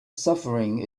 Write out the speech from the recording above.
suffering